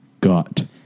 got